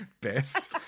Best